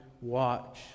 watch